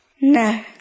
No